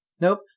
Nope